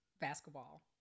basketball